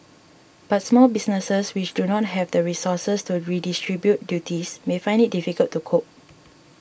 but small businesses which do not have the resources to redistribute duties may find it difficult to cope